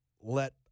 let